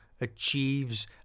achieves